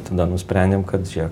tada nusprendėm kad žėk